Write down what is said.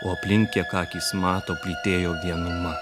o aplink kiek akys mato plytėjo vienuma